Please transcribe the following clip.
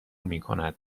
میکند